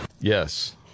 Yes